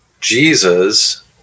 jesus